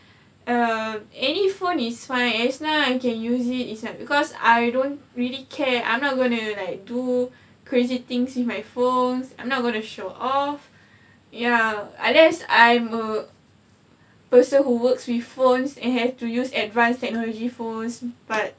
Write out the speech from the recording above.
uh any phone is fine as long as I can use it it's like because I don't really care I'm not gonna do like do crazy things with my phones I'm not gonna show off ya unless I'm a person who works with phones and have to use advanced technology phones but